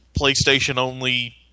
PlayStation-only